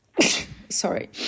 Sorry